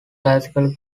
classical